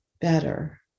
better